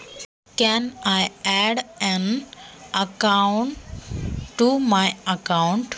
मी माझ्या खात्याला जोड खाते करू शकतो का?